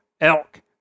elk